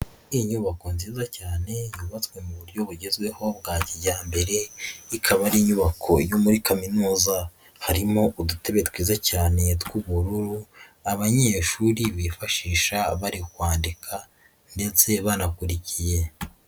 Inyubako nziza cyane yubatswe mu buryo bugezweho bwa kijyambere, ikaba ari inyubako yo muri kaminuza, harimo udutebe twiza cyane tw'ubururu abanyeshuri bifashisha bari kwandika ndetse banakurikiye.